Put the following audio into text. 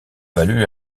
valu